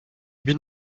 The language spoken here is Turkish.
bin